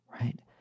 right